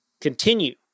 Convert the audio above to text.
continue